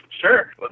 Sure